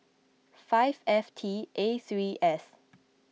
five F T A three S